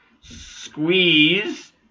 Squeeze